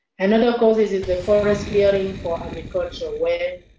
another cause is is the forest clearing for agriculture where